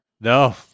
No